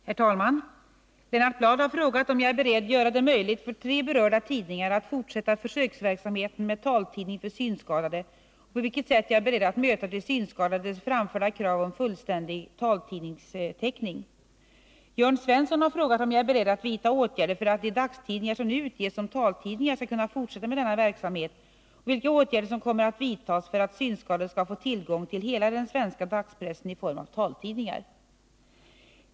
Herr talman! Lennart Bladh har frågat om jag är beredd att göra det möjligt för tre berörda tidningar att fortsätta försöksverksamheten med taltidning för synskadade och på vilket sätt jag är beredd att möta de synskadades framförda krav om fullständig taltidningstäckning. Jörn Svensson har frågat om jag är beredd att vidta åtgärder för att de dagstidningar som nu utges som taltidningar skall kunna fortsätta med denna verksamhet och vilka åtgärder som kommer att vidtas för att synskadade skall få tillgång till hela den svenska dagspressen i form av taltidningar.